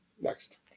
next